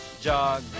jog